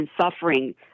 suffering